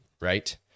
right